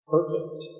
Perfect